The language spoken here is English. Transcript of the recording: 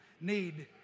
need